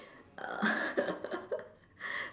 err